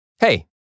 Hey